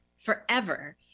forever